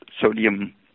sodium